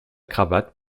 cravate